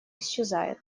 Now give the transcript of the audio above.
исчезает